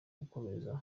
gukomeza